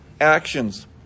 actions